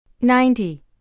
Ninety